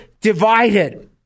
divided